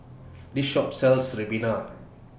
This Shop sells Ribena